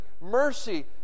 mercy